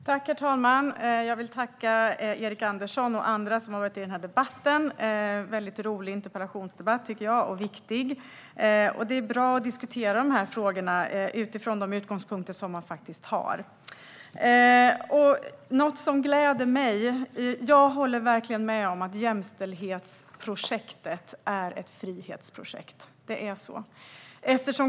Herr talman! Jag vill tacka Erik Andersson och andra som har deltagit i debatten. Det har varit en rolig och viktig interpellationsdebatt. Det är bra att diskutera dessa frågor utifrån de utgångspunkter man faktiskt har. Jag håller verkligen med om att jämställdhetsprojektet är ett frihetsprojekt. Det är så.